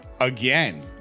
again